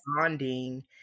bonding